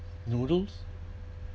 noodles